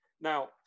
now